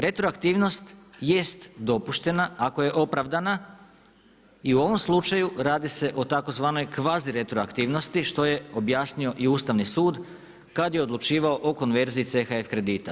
Retroaktivnost jest dopuštena ako je opravdana i u ovom slučaju radi se o tzv. kvazdiretroaktivnosti, što je objasnio i Ustavni sud, kada je odlučivao o konverziji CHF kredita.